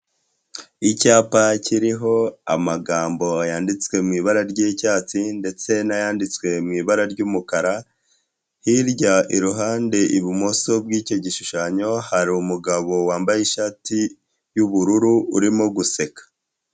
yIapa kiriho amagambo yanditswe mu ibara ry'icyatsi ndetse n'ayanditswe mu ibara ry'umukara, hirya iruhande ibumoso bw'icyo gishushanyo hari umuntu umugabo wambaye ishati y'ubururu urimo guseka.